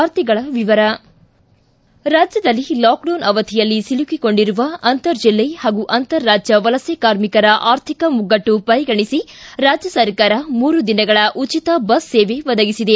ವಾರ್ತೆಗಳ ವಿವರ ರಾಜ್ಯದಲ್ಲಿ ಲಾಕ್ಡೌನ್ ಅವಧಿಯಲ್ಲಿ ಸಿಲುಕಿಕೊಂಡಿರುವ ಅಂತರ ಜಿಲ್ಲೆ ಹಾಗೂ ಅಂತರ ರಾಜ್ಯ ವಲಸೆ ಕಾರ್ಮಿಕರ ಅರ್ಥಿಕ ಮುಗ್ಗಟ್ಟು ಪರಿಗಣಿಸಿ ರಾಜ್ಯ ಸರ್ಕಾರ ಮೂರು ದಿನಗಳ ಉಚಿತ ಬಸ್ ಸೇವೆ ಒದಗಿಸಿದೆ